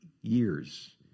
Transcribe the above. years